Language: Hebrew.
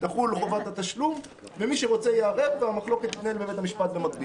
תחול חובת התשלום ומי שרוצה יערער והמחלוקת תתנהל במקביל בבית המשפט.